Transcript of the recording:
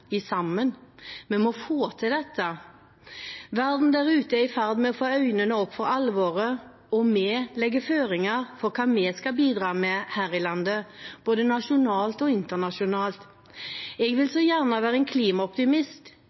– sammen. Vi må få til dette. Verden der ute er i ferd med å få øynene opp for alvoret, og vi legger føringer for hva vi skal bidra med her i landet, både nasjonalt og internasjonalt. Jeg vil så gjerne være en klimaoptimist.